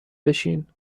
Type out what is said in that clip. بشین